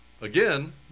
Again